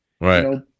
Right